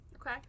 Okay